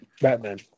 Batman